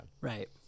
Right